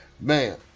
Man